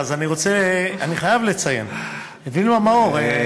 אז אני חייב לציין את וילמה מאור,